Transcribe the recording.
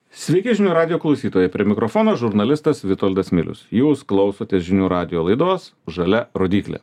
sveiki žinių radijo klausytojai prie mikrofono žurnalistas vitoldas milius jūs klausotės žinių radijo laidos žalia rodyklė